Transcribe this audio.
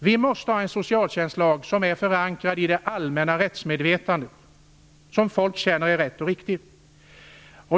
Vi måste ha en socialtjänstlag som är förankrad i det allmänna rättsmedvetandet, i det som folk känner är rätt och riktigt.